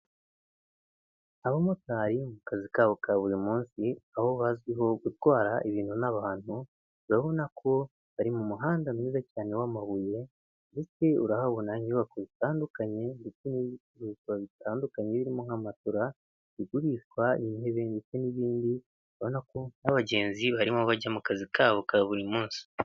Abamotari mu kazi kabo ka buri munsi aho bazwiho gutwara ibintu n'abantu, urabona ko bari mu muhanda mwiza cyane w'amabuye, ndetse urahabona n'inyubako zitandukanye ndetse n'ibicuruzwa bitandukanye birimo nk'amatora bigurishwa, intebe ndetse n'ibindi. Urabona ko n'abagenzi barimo bajya mu kazi kabo ka buri munsi.